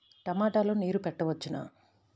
టమాట లో నీరు పెట్టవచ్చునా?